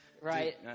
right